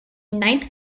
ninth